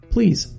Please